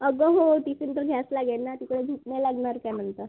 अगं हो टिफिन तर घ्याच लागेल ना तिकडे भूक नाही लागणार काय नंतर